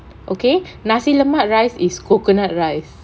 okay nasi lemak rice is coconut rice